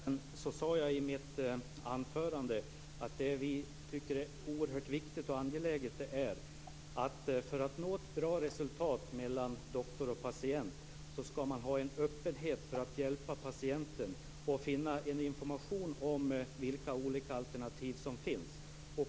Fru talman! I den sista delen sade jag i mitt anförande att det vi tycker är oerhört viktigt och angeläget är att det, för att man skall nå ett bra resultat mellan doktor och patient, skall finnas en öppenhet när det gäller att hjälpa patienten och finna information om vilka olika alternativ som finns.